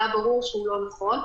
היה ברור שהוא לא נכון,